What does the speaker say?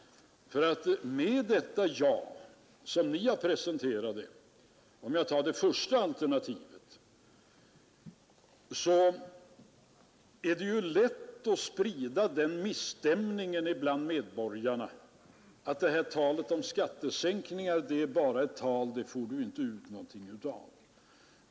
För att börja med det första alternativet, så är det ju lätt att sprida den misstämningen bland medborgarna att ”talet om skattesänkningar är bara prat, det får du inte ut någonting av.